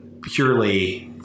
purely